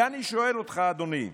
ואני שואל אותך, אדוני,